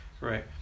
Right